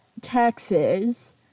Texas